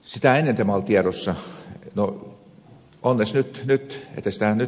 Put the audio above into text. sitä ennen tämä oli tiedossa